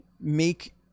make